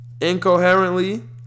incoherently